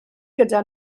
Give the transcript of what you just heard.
gyda